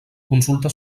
consulta